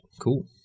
Cool